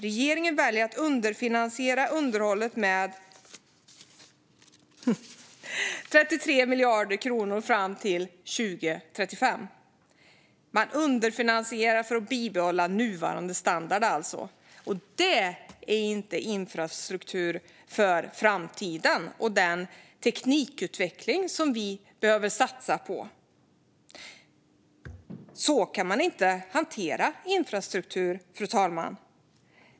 Regeringen väljer att underfinansiera underhållet med 33 miljarder kronor fram till 2035. Man underfinansierar för att bibehålla nuvarande standard, och det är inte infrastruktur för framtiden och den teknikutveckling vi behöver satsa på. Fru talman! Så kan man inte hantera infrastruktur.